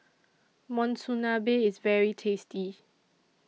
Monsunabe IS very tasty